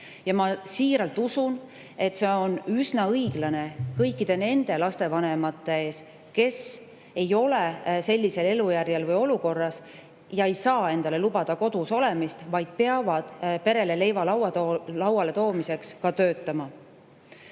Ma siiralt usun, et see on üsna õiglane kõikide nende lastevanemate suhtes, kes ei ole sellisel elujärjel või olukorras, kus nad saaksid endale lubada kodus olemist, vaid peavad pere jaoks leiva lauale toomiseks ka töötama.